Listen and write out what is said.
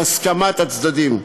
בהסכמת הצדדים.